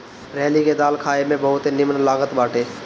रहरी के दाल खाए में बहुते निमन लागत बाटे